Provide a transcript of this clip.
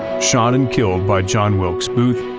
shot and killed by john wilkes booth,